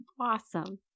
awesome